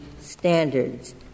standards